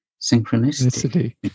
synchronicity